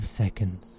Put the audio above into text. seconds